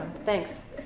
thanks.